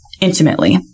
intimately